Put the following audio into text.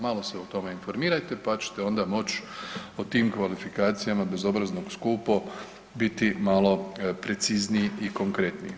Malo se o tome informirajte pa ćete onda moći o tim kvalifikacijama bezobraznog, skupo biti malo precizniji i konkretniji.